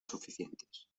suficientes